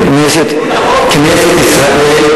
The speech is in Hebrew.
כנסת ישראל,